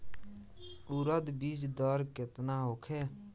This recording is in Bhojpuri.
उरद बीज दर केतना होखे?